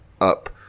up